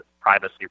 privacy